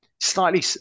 slightly